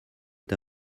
est